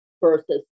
versus